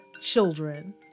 children